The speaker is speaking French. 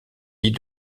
lit